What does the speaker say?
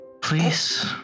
please